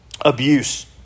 abuse